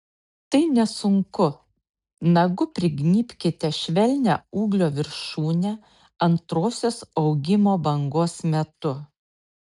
tai nesunku nagu prignybkite švelnią ūglio viršūnę antrosios augimo bangos metu